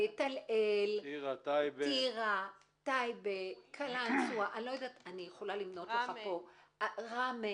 טירה, טייבה, קלנסווה, רמי